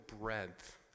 breadth